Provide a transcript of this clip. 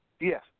Yes